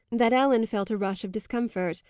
that ellen felt a rush of discomfort,